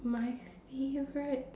my favourite